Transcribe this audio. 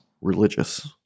religious